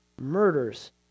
murders